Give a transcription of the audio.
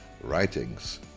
writings